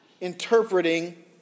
interpreting